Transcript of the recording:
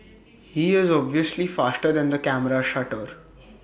he is obviously faster than the camera's shutter